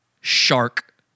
Shark